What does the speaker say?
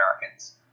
Americans